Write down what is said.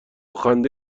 خنده